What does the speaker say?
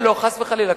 לא, חס וחלילה.